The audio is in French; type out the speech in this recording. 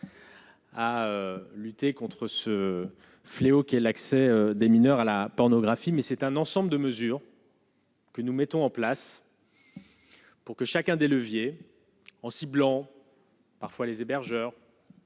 à lutter contre ce fléau qu'est l'accès des mineurs à la pornographie, mais c'est un ensemble de mesures. Que nous mettons en place. Pour que chacun des leviers en ciblant parfois les hébergeurs.